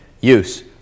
use